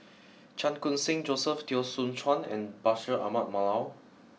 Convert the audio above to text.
Chan Khun Sing Joseph Teo Soon Chuan and Bashir Ahmad Mallal